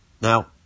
now